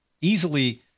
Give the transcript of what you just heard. easily